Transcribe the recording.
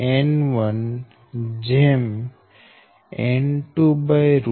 VHPVXP 3 a 3